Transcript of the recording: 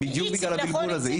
בדיוק בגלל הבלבול הזה.